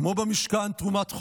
כמו במשכן תרומת חובה,